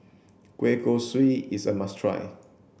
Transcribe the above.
Kueh Kosui is a must try